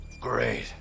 great